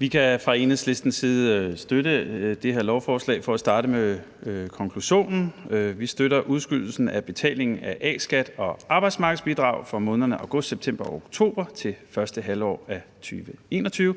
Vi kan fra Enhedslistens side støtte det her lovforslag – for at starte med konklusionen. Vi støtter udskydelsen af betalingen af A-skat og arbejdsmarkedsbidrag for månederne august, september og oktober til første halvår af 2021,